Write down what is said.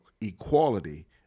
equality